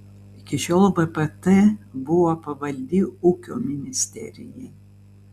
iki šiol vpt buvo pavaldi ūkio ministerijai